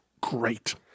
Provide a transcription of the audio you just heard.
great